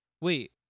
Wait